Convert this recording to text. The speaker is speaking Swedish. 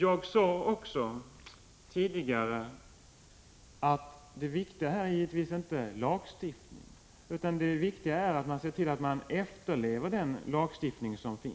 Jag sade också tidigare att det viktiga här givetvis inte är lagstiftning, utan att alla efterlever den lagstiftning som gäller.